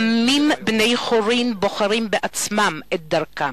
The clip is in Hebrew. עמים בני-חורין בוחרים בעצמם את דרכם.